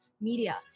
media